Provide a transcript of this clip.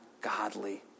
godly